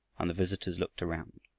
and the visitors looked around.